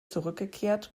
zurückgekehrt